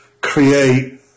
create